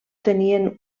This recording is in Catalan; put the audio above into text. tenien